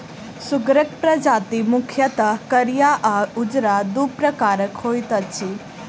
सुगरक प्रजाति मुख्यतः करिया आ उजरा, दू प्रकारक होइत अछि